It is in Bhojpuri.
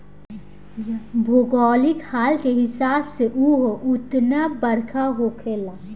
भौगोलिक हाल के हिसाब से उहो उतने बरखा होखेला